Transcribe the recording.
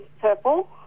purple